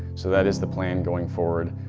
so that is the plan going forward.